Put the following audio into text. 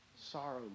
sorrow